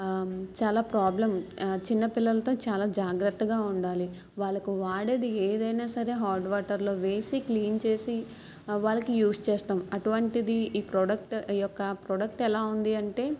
చాలా ప్రాబ్లం చిన్నపిల్లలతో చాలా జాగ్రత్తగా ఉండాలి వాళ్ళకు వాడేది ఏదైనా సరే హార్డ్ వాటర్లో వేసి క్లీన్ చేసి వాళ్ళకి యూస్ చేస్తాం అటువంటిది ఈ ప్రోడక్ట్ యొక ప్రొడక్ట్ ఎలా ఉంది అంటే